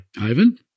Ivan